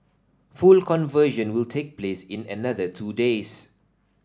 full conversion will take place in another two days